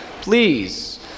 please